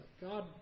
God